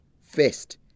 first